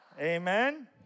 Amen